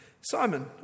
Simon